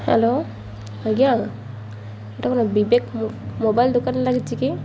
hello ଆଜ୍ଞା ଏଟା Vivek mobile ଦୋକାନରେ ଲାଗିଛି କି